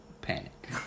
panic